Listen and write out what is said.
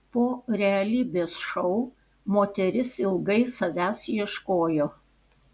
po realybės šou moteris ilgai savęs ieškojo